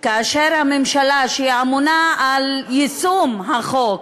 --- כאשר הממשלה, שאמונה על יישום החוק,